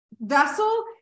vessel